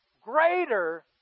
greater